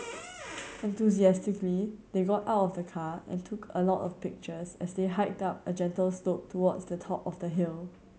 enthusiastically they got out of the car and took a lot of pictures as they hiked up a gentle slope towards the top of the hill